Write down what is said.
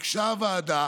ביקשה הוועדה